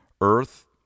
earth